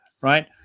right